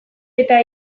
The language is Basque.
eta